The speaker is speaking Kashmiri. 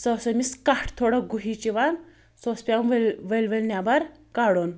سۄ ٲس أمِس کَٹھ تھوڑا گُہِچ یِوان سُہ اوٗس پیٚوان ؤلۍ ؤلۍ ؤلۍ نیٚبَر کَڑُن